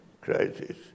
crisis